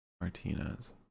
Martinez